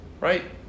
Right